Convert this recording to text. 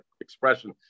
expression